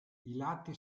lati